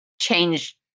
change